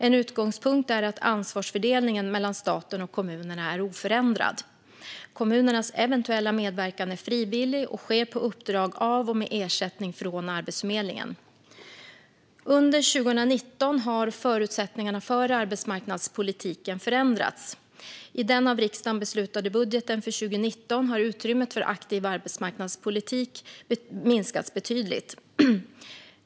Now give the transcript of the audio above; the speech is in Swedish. En utgångspunkt är att ansvarsfördelningen mellan staten och kommunerna är oförändrad. Kommunernas eventuella medverkan är frivillig och sker på uppdrag av och med ersättning från Arbetsförmedlingen. Under 2019 har förutsättningarna för arbetsmarknadspolitiken förändrats. I den av riksdagen beslutade budgeten för 2019 har utrymmet för aktiv arbetsmarknadspolitik minskats betydligt.